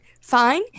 fine